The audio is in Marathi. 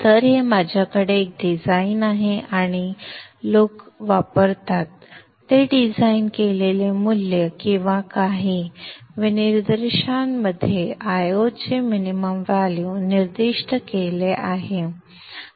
तर हे माझ्याकडे एक डिझाइन आहे आणि लोक वापरतात ते डिझाइन केलेले मूल्य किंवा काही विनिर्देशांमध्ये Io चे मिनिमम व्हॅल्यु निर्दिष्ट केले आहे